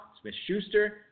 Smith-Schuster